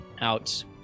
out